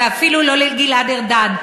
ואפילו לא לגלעד ארדן,